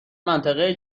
منطقه